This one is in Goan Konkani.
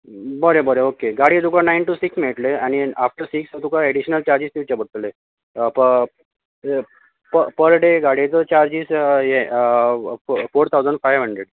बरें बरें ओके गाडी तुका नाइन टू सिक्स मेळटली आनी आफटर सिक्स तुका एडिशनल चार्जेस दिवचे पडटले प प पर डे गाडयेचो चार्जस हे फोर थावझंड फाईफ हन्ड्रेड